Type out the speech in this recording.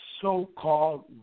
so-called